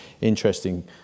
interesting